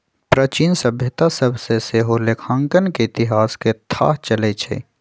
प्राचीन सभ्यता सभ से सेहो लेखांकन के इतिहास के थाह चलइ छइ